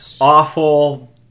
awful